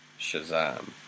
Shazam